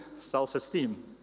self-esteem